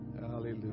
Hallelujah